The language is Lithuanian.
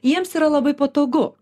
jiems yra labai patogu